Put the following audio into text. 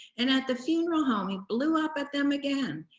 and at the funeral home he blew up at them again.